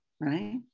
right